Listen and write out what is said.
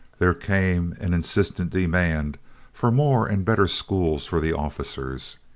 there came an insistent demand for more and better schools for the officers.